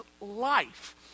life